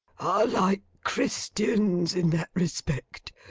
are like christians in that respect.